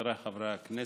חבריי חברי הכנסת,